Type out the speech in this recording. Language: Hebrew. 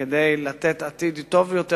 כדי לתת עתיד טוב יותר,